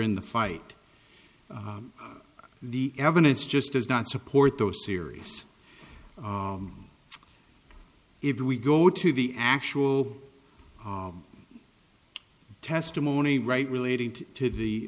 in the fight the evidence just does not support those series if we go to the actual testimony right related to the